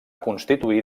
constituir